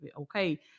Okay